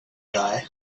guy